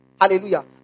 Hallelujah